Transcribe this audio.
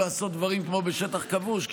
תעשו את זה כמו שעושים בשטח שהוא כבוש.